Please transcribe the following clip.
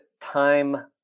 Time